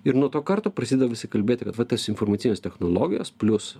ir nuo to karto prasideda visi kalbėti kad va tas informacijos technologijos plius